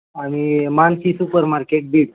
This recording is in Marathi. आम्ही मानसी सुपर मार्केट बीड